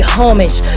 homage